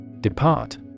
Depart